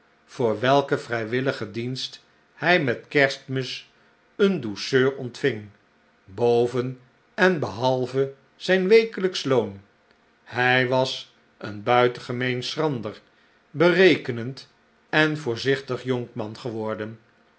voor welken vrijwilligen dienst hij met kerstmis een douceur ontving boven en behalve zijn wekelijksch loon hij was een buitengemeen schrander berekenend en voorzichtig jonkman geworden